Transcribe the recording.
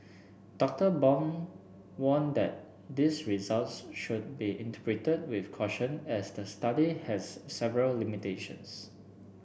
Doctor Bong warned that these results should be interpreted with caution as the study has several limitations